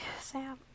Sam